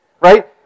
right